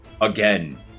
again